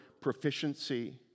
proficiency